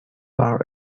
are